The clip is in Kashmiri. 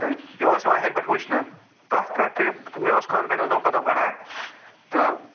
تہٕ یہِ اوس یِوان ہیٚرِ پٮ۪ٹھ وُچھنہٕ پرٛتھ کانٛہہ ٹرٛپ تہٕ مےٚ اوس کانفِڈَنس دۄہ کھۄتہٕ دوہ بَڈان تہٕ